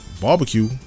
barbecue